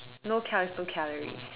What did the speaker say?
no counts no calories